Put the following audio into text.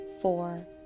four